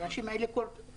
האנשים הללו כועסים,